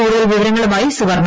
കൂടുതൽ വിവരങ്ങളുമായി സുവർണ